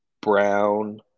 brown